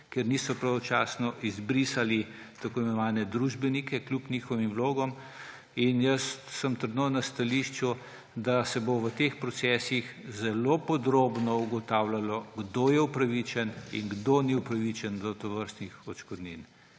ker niso pravočasno izbrisali tako imenovanih družbenikov kljub njihovim vlogam. In jaz sem trdno na stališču, da se bo v teh procesih zelo podrobno ugotavljalo, kdo je upravičen in kdo ni upravičen do tovrstnih odškodnin.